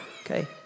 okay